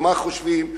ומה חושבים,